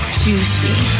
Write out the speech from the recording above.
juicy